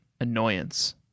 annoyance